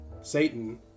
Satan